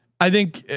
i think.